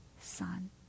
son